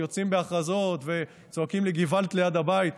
יוצאים בהכרזות וצועקים לי "געוואלד" ליד הבית,